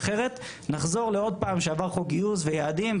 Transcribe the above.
אחרת נחזור לעוד פעם שעבר חוק גיוס ויעדים,